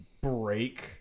break